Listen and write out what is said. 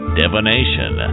divination